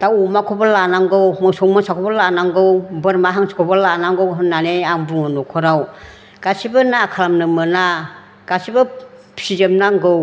दाउ अमाखौबो लानांगौ मोसौ मोसाखौबो लानांगौ बोरमा हांसोखौबो लानांगौ होननानै आं बुङो न'खराव गासैबो ना खालामनो मोना गासैबो फिसिजोबनांगौ